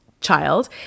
child